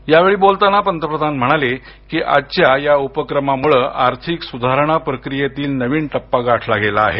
यावेळी बोलताना पंतप्रधान म्हणाले की आजच्या या उपक्रमामुळ आर्थिक सुधारणा प्रक्रियेतील नवीन टप्पा गाठला गेला आहे